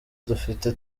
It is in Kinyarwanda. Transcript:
duhita